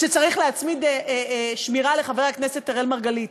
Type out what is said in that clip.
כשצריך להצמיד שמירה לחבר הכנסת אראל מרגלית.